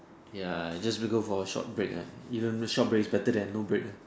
ya just we go for a short break ah even short break is better than no break ah